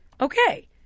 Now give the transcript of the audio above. Okay